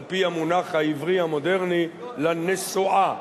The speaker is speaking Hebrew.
על-פי המונח העברי המודרני, לנסועה.